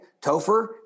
Topher